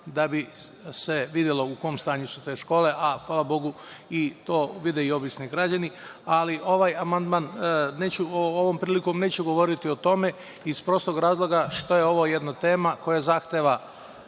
da bi se videlo u kom stanju su te škole, a hvala Bogu to vide i obični građani. Neću ovom prilikom govoriti o tome iz prostog razloga što je ovo jedna tema koja zahteva